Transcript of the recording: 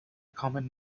common